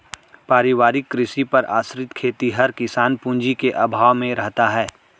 पारिवारिक कृषि पर आश्रित खेतिहर किसान पूँजी के अभाव में रहता है